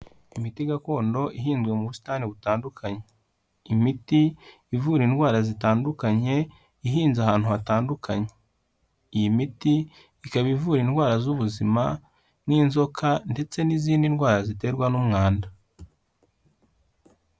Imiti gakondo ihinzwe mu busitani butandukanye, imiti ivura indwara zitandukanye, ihinze ahantu hatandukanye, iyi miti ikaba ivura indwara z'ubuzima nk'inzoka ndetse n'izindi ndwara ziterwa n'umwanda.